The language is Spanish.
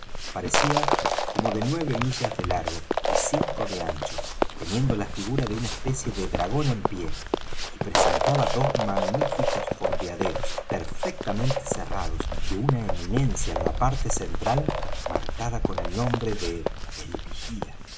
parecía como de unas nueve millas de largo y cinco de ancho teniendo la figura de una especie de dragón en pie y presentaba dos magníficos fondeaderos perfectamente cerrados y una eminencia en la parte central marcada con el nombre de el vigía